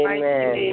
Amen